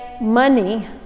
money